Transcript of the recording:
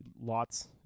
lots